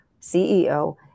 CEO